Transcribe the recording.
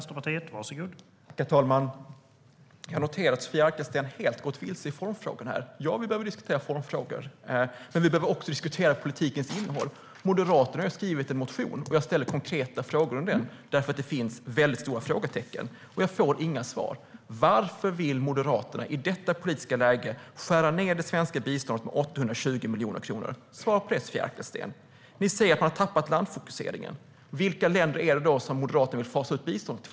Herr talman! Jag noterar att Sofia Arkelsten helt har gått vilse i formfrågorna. Ja, vi behöver diskutera formfrågor, men vi behöver också diskutera politikens innehåll. Moderaterna har väckt en motion, och jag ställer konkreta frågor om den eftersom det finns stora frågetecken. Jag får inga svar. Varför vill Moderaterna i detta politiska läge skära ned det svenska biståndet med 820 miljoner kronor? Svara på det, Sofia Arkelsten! Ni säger att man har tappat landfokuseringen. Vilka länder är det som Moderaterna vill fasa ut biståndet från?